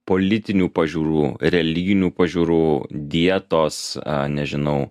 politinių pažiūrų religinių pažiūrų dietos nežinau